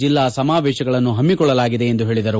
ಜಿಲ್ಲಾ ಸಮಾವೇಶಗಳನ್ನು ಹಮ್ಸಿಕೊಳ್ಳಲಾಗಿದೆ ಎಂದು ಹೇಳಿದರು